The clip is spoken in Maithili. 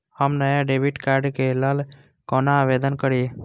हम नया डेबिट कार्ड के लल कौना आवेदन करि?